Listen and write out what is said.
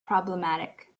problematic